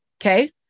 Okay